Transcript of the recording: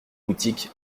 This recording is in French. boutique